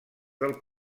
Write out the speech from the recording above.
del